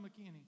McKinney